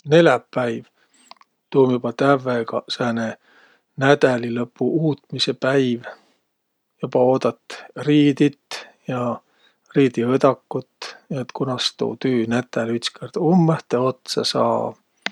Neläpäiv. Tuu um joba tävvegaq sääne nädälilõpu uutmisõ päiv. Joba oodat riidit ja riidiõdakut ja et kunas tuu tüünätäl ütskõrd ummõhtõ otsa saa.